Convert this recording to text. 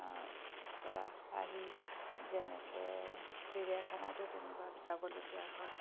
পৰা আহি যেনেকৈ চিৰিয়াখানাটো তেনেকুৱা যাবলগীয়া হয়